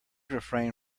refrain